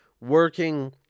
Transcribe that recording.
working